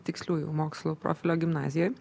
tiksliųjų mokslų profilio gimnazijoj